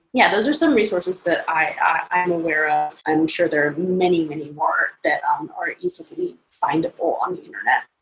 yeah, those are some resources that i'm aware of. i'm sure there are many, many more that um are easily findable on the internet.